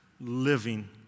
living